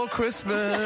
Christmas